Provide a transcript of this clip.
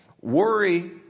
Worry